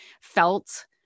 felt